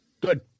Good